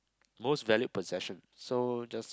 most valued possession so just